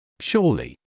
Surely